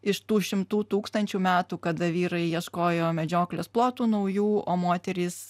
iš tų šimtų tūkstančių metų kada vyrai ieškojo medžioklės plotų naujų o moterys